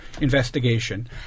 investigation